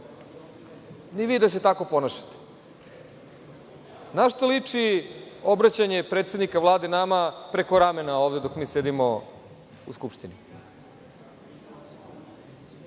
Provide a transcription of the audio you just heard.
ni vi da se tako ponašate. Na šta to liči obraćanje predsednika Vlade nama preko ramena ovde dok mi sedimo u Skupštini? Pominjanje